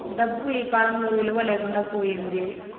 డబ్బు ఈకాలంలో విలువ లేకుండా పోయింది